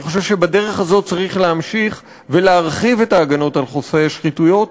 אני חושב שבדרך הזאת צריך להמשיך ולהרחיב את ההגנות על חושפי השחיתויות,